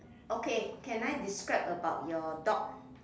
okay can I describe about your dog